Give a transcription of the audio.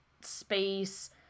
space